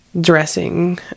dressing